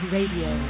Radio